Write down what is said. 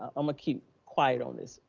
um keep quiet on this.